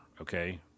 Okay